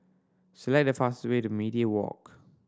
select the fastest way to Media Walk